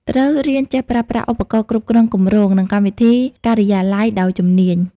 ត្រូវរៀនចេះប្រើប្រាស់ឧបករណ៍គ្រប់គ្រងគម្រោង និងកម្មវិធីការិយាល័យដោយជំនាញ។